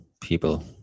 people